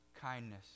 kindness